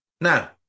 Now